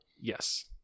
yes